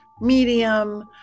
medium